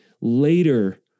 later